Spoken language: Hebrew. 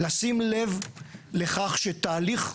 לשים לב לכך שתהליך,